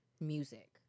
music